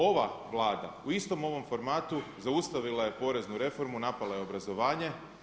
Ova Vlada u istom ovom formatu zaustavila je poreznu reformu, napala je obrazovanje.